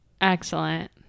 Excellent